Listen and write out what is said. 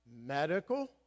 medical